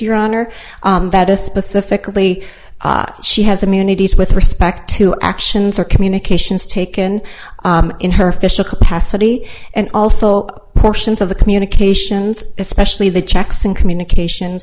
your honor that is specifically she has immunities with respect to actions or communications taken in her facial capacity and also portions of the communications especially the checks and communication